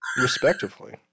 respectively